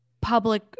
public